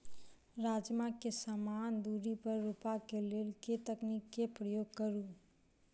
राजमा केँ समान दूरी पर रोपा केँ लेल केँ तकनीक केँ प्रयोग करू?